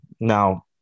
Now